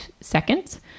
seconds